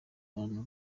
abantu